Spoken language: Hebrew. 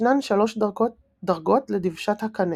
ישנן שלוש דרגות לדבשת הקנה